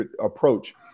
approach